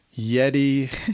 Yeti